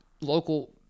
local